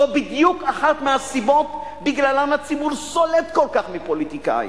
זו בדיוק אחת מהסיבות שבגללן הציבור סולד כל כך מפוליטיקאים.